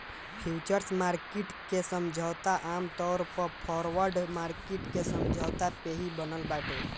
futures market के समझौता आमतौर पअ फॉरवर्ड मार्किट के समझौता पे ही बनल बाटे